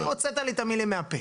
הוצאת לי את המילים מהפה.